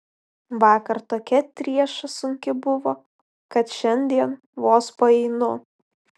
vakar tokia trieša sunki buvo kad šiandien vos paeinu